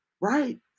right